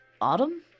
Autumn